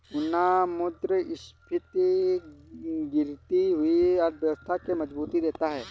पुनःमुद्रस्फीति गिरती हुई अर्थव्यवस्था के मजबूती देता है